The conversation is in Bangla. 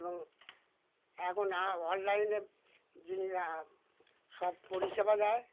এবং এখন অনলাইনে যিনি সব পরিষেবা দেয়